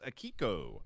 Akiko